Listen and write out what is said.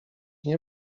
nie